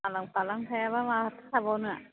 आलां फालां थायाबा माथो थाबावनो